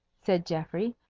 said geoffrey,